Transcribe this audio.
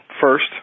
first